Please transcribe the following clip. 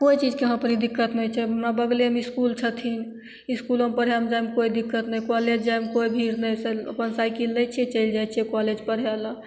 कोइ चीजके यहाँ पर दिक्कत नहि छै हमरा बगलेमे इसकुल छथिन इसकुलमे पढ़यमे जाइमे कोइ दिक्कत नहि कॉलेज जाइमे कोइ भीर नहि से अपन साइकल लै छियै चलि जाइ छियै कॉलेज पढ़य लए